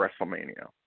Wrestlemania